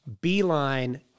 Beeline